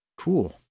cool